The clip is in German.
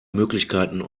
möglichkeiten